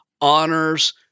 honors